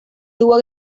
tuvo